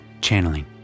channeling